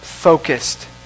focused